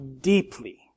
deeply